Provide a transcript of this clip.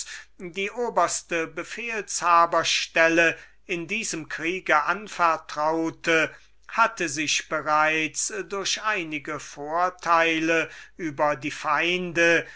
die oberste befehlhabers stelle in diesem kriege anvertraute hatte sich bereits durch einige vorteile über die feinde